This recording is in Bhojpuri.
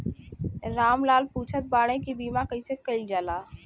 राम लाल पुछत बाड़े की बीमा कैसे कईल जाला?